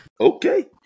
Okay